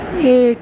ایک